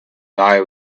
night